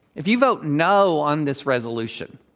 if you vote no on this resolution,